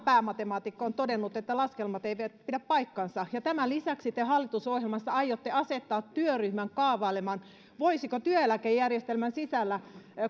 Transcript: päämatemaatikko on todennut että laskelmat eivät eivät pidä paikkaansa tämän lisäksi te hallitusohjelmassa aiotte asettaa työryhmän kaavailemaan voisiko työeläkejärjestelmän sisällä